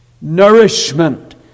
nourishment